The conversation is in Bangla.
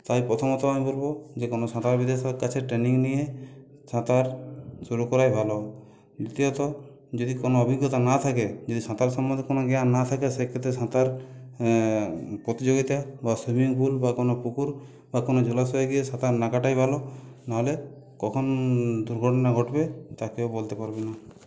তাই প্রথমত আমি বলবো যে কোনো সাঁতারবিদের কাছে ট্রেনিং নিয়ে সাঁতার শুরু করাই ভালো দ্বিতীয়ত যদি কোনো অভিজ্ঞতা না থাকে যদি সাঁতার সম্বন্ধে কোনো জ্ঞান না থাকে সেই ক্ষেত্রে সাঁতার প্রতিযোগিতা বা সুইমিং পুল বা কোনো পুকুর বা কোনো জলাশয়ে গিয়ে সাঁতার না কাটাই ভালো নাহলে কখন দুর্ঘটনা ঘটবে তা কেউ বলতে পারবে না